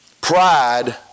Pride